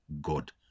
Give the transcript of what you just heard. God